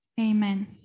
Amen